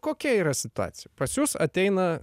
kokia yra situacija pas jus ateina